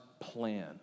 plan